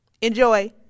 Enjoy